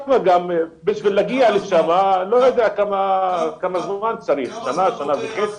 שבשביל להגיע לשם צריך שנה או שנה וחצי.